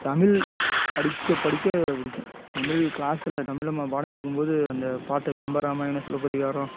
தமிழ் படிக்க படிக்க பிடிக்கும் தமிழ் கிளாஸில் தமிழம்மா பாடம் எடுக்கும்போது அந்த பாட்டு கம்பராமாயணம் சிலப்பதிகாரம்